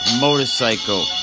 motorcycle